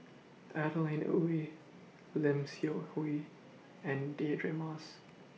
Adeline Ooi Lim Seok Hui and Deirdre Moss